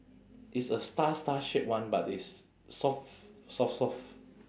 it's a star star shape one but it's soft soft soft